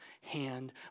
hand